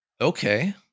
Okay